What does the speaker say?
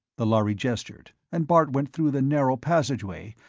the lhari gestured, and bart went through the narrow passageway,